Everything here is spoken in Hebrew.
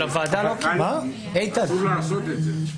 אבל הוועדה לא קיבלה את זה.